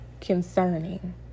concerning